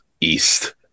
east